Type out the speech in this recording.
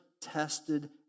tested